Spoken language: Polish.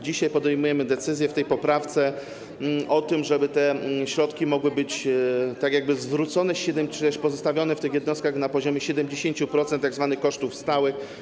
Dzisiaj podejmujemy decyzję w tej poprawce o tym, żeby te środki mogły być zwrócone czy też pozostawione w tych jednostkach na poziomie 70% tzw. kosztów stałych.